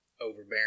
overbearing